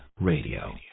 Radio